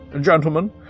Gentlemen